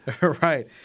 Right